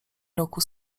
roku